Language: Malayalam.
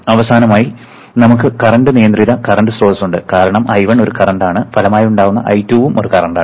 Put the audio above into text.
അവസാനമായി നമുക്ക് കറന്റ് നിയന്ത്രിത കറന്റ് സ്രോതസ്സുണ്ട് കാരണം I1 ഒരു കറന്റാണ് ഫലമായുണ്ടാകുന്ന I2 ഉം ഒരു കറന്റാണ്